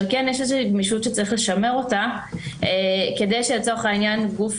אבל כן יש איזושהי גמישות שצריך לשמר אותה כדי שלצורך העניין גוף